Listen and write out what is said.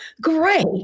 great